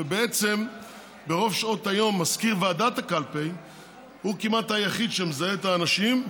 ובעצם ברוב שעות היום מזכיר ועדת הקלפי הוא כמעט היחיד שמזהה את האנשים,